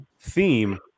theme